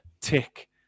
tick